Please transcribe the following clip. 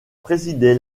présidait